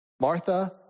Martha